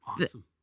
Awesome